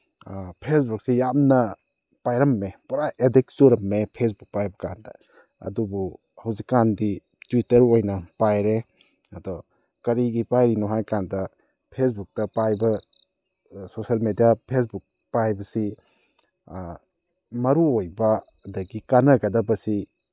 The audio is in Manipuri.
ꯐꯦꯁꯕꯨꯛꯁꯤ ꯌꯥꯝꯅ ꯄꯥꯏꯔꯝꯃꯦ ꯄꯨꯔꯥ ꯑꯦꯗꯤꯛ ꯆꯨꯔꯝꯃꯦ ꯐꯦꯁꯕꯨꯛ ꯄꯥꯏꯕ ꯀꯥꯟꯗ ꯑꯗꯨꯕꯨ ꯍꯧꯖꯤꯛꯀꯥꯟꯗꯤ ꯇ꯭ꯋꯤꯇꯔ ꯑꯣꯏꯅ ꯄꯥꯏꯔꯦ ꯑꯗꯣ ꯀꯔꯤꯒꯤ ꯄꯥꯏꯔꯤꯅꯣ ꯍꯥꯏꯀꯥꯟꯗ ꯐꯦꯁꯕꯨꯛꯇ ꯄꯥꯏꯕ ꯁꯣꯁꯦꯜ ꯃꯦꯗꯤꯌꯥ ꯐꯦꯁꯕꯨꯛ ꯄꯥꯏꯕꯁꯤ ꯃꯔꯨꯑꯣꯏꯕ ꯑꯗꯒꯤ ꯀꯥꯅꯒꯗꯕꯁꯤ